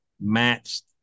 matched